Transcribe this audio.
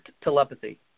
telepathy